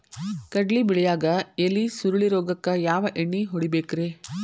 ಕಡ್ಲಿ ಬೆಳಿಯಾಗ ಎಲಿ ಸುರುಳಿ ರೋಗಕ್ಕ ಯಾವ ಎಣ್ಣಿ ಹೊಡಿಬೇಕ್ರೇ?